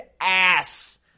ass